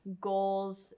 goals